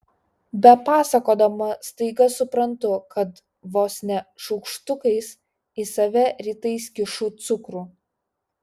bepasakodama staiga suprantu kad vos ne šaukštukais į save rytais kišu cukrų